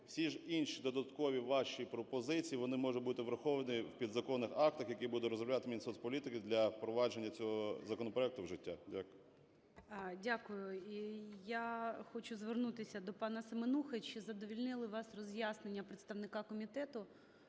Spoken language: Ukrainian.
Всі ж інші додаткові ваші пропозиції вони можуть бути враховані в підзаконних актах, які буде розробляти Мінсоцполітики для впровадження цього законопроекту в життя. Дякую. ГОЛОВУЮЧИЙ. Дякую. І я хочу звернутися до пана Семенухи. Чи задовольнили вас роз'яснення представника комітету